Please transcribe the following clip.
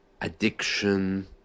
addiction